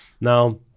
Now